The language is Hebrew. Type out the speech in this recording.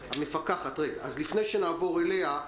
לפני שנעבור אליה,